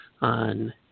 on